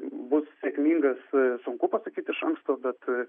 bus sėkmingas sunku pasakyt iš anksto bet